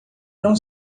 não